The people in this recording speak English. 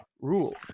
rule